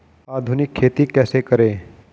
आधुनिक खेती कैसे करें?